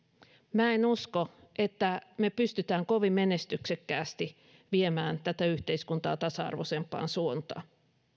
en usko että me pystymme kovin menestyksekkäästi viemään tätä yhteiskuntaa tasa arvoisempaan suuntaan